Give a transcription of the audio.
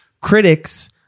critics